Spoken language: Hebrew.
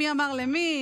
מי אמר למי?